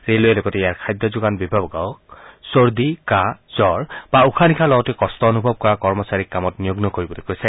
ৰেলৰে লগতে ইয়াৰ খাদ্য যোগান বিভাগক চৰ্দি কাহ জুৰ বা উশাহ নিশাহ লওঁতে কষ্ট অনুভৱ কৰা কৰ্মচাৰীক কামত নিয়োগ নকৰিবলৈ কৈছে